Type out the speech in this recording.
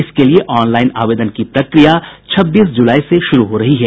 इसके लिये ऑनलाइन आवेदन की प्रक्रिया छब्बीस जुलाई से शुरू हो रही है